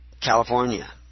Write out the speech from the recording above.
California